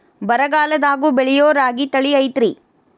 ಬರಗಾಲದಾಗೂ ಬೆಳಿಯೋ ರಾಗಿ ತಳಿ ಐತ್ರಿ?